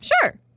sure